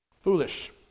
Foolish